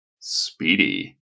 Speedy